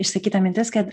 išsakyta mintis kad